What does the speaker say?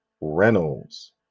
Reynolds